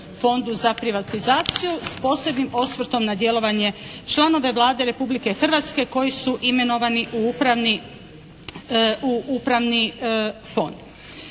fondu za privatizaciju s posebnim osvrtom na djelovanje članova Vlade Republike Hrvatske koji su imenovani u upravni fond.